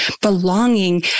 belonging